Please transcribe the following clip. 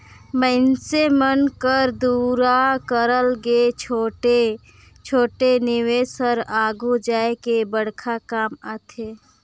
मइनसे मन कर दुवारा करल गे छोटे छोटे निवेस हर आघु जाए के बड़खा काम आथे